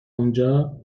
اونجا